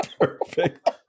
perfect